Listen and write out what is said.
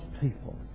people